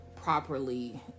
properly